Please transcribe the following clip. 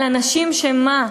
על אנשים שמה?